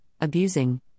abusing